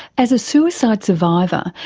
as a suicide survivor,